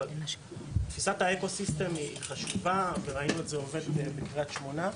אבל תפיסת האקו סיסטם היא חשובה וראינו את זה עובד בקריית שמונה,